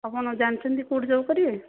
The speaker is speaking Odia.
ଆପଣ ଜାଣିଛନ୍ତି କେଉଁଠି ଜବ୍ କରିବେ